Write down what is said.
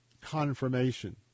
confirmation